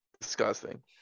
disgusting